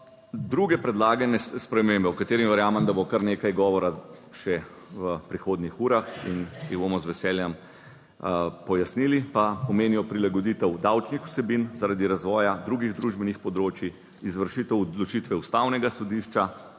Druge predlagane spremembe o katerih verjamem, da bo kar nekaj govora še v prihodnjih urah in jih bomo z veseljem pojasnili pa pomenijo prilagoditev davčnih vsebin zaradi razvoja drugih družbenih področij, izvršitev odločitve Ustavnega sodišča,